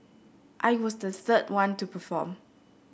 I was the third one to perform